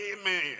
amen